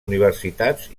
universitats